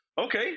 Okay